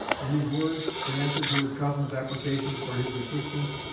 and his words, in answer to his cousin's applications for his assistance,